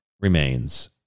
remains